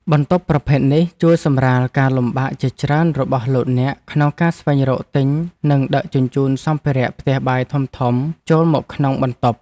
បន្ទប់ប្រភេទនេះជួយសម្រាលការលំបាកជាច្រើនរបស់លោកអ្នកក្នុងការស្វែងរកទិញនិងដឹកជញ្ជូនសម្ភារៈផ្ទះបាយធំៗចូលមកក្នុងបន្ទប់។